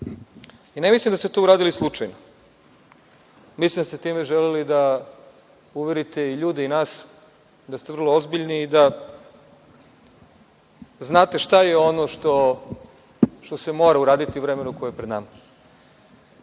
Ne mislim da ste to uradili slučajno. Mislim da ste time želeli da uverite i ljude i nas da ste vrlo ozbiljni i da znate šta je ono što se mora uraditi u vremenu koje je pred nama. Reći